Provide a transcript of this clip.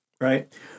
right